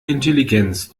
intelligenz